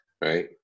right